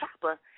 Chopper